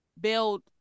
build